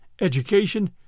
education